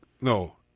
no